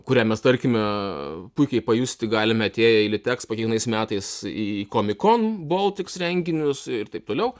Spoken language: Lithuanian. kurią mes tarkime puikiai pajusti galime atėję į litexpo kiekvienais metais į comic con baltics renginius ir taip toliau